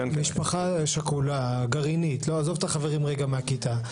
עזוב לרגע את החברים מהכיתה.